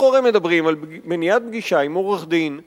אנחנו הרי מדברים על מניעת פגישה עם עורך-דין ישראלי,